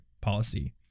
policy